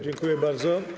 Dziękuję bardzo.